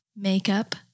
Makeup